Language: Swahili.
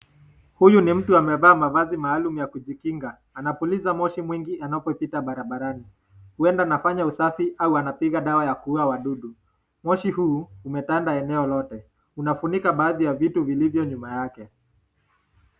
Huyu ni mtu amevaa mavazi maalum ya kujikinga. Anapuliza moshi mwingi anapopita barabarani. Huenda anafanya usafia au anapiga dawa ya kuuwa wadudu. Moshi huu umetanda eneo lote. Unafunika baadhi ya vitu vilivyo nyuma yake.